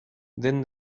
den